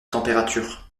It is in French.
température